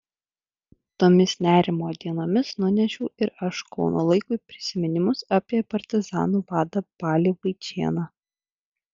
tomis nerimo dienomis nunešiau ir aš kauno laikui prisiminimus apie partizanų vadą balį vaičėną